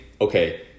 okay